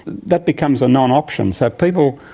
that becomes a non-option, so people,